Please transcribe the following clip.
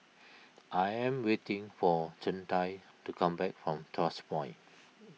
I am waiting for Chantal to come back from Tuas Point